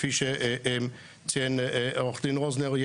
כפי שציין עורך הדין רוזנר,